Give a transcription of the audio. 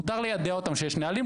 מותר ליידע אותם שיש נהלים,